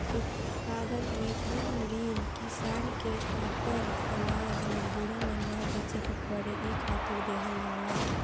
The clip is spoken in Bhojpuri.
उत्पाद विपणन ऋण किसान के आपन आनाज मजबूरी में ना बेचे के पड़े इ खातिर देहल जाला